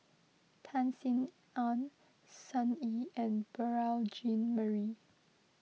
Tan Sin Aun Sun Yee and Beurel Jean Marie